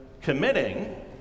committing